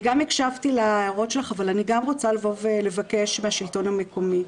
אני גם הקשבתי להערות שלך אבל אני גם רוצה לבקש מהשלטון המקומי.